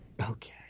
Okay